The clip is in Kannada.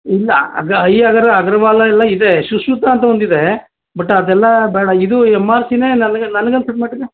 ಇಲ್ಲ ಅಗ ಐ ಅಗರ್ ಅಗ್ರವಾಲ ಎಲ್ಲ ಇದೆ ಶುಶ್ರುತ ಅಂತ ಒಂದಿದೆ ಬಟ್ ಅದೆಲ್ಲ ಬೇಡ ಇದು ಎಮ್ ಆರ್ ಸಿನೇ ನನ್ಗೆ ನನ್ಗನ್ಸಿದ್ದ ಮಟ್ಗೆ